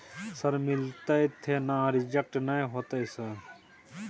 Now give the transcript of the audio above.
Sir मिलते थे ना रिजेक्ट नय होतय सर?